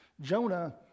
Jonah